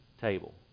table